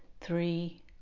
three